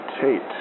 Tate